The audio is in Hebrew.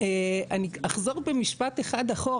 אני אחזור במשפט אחד אחורה.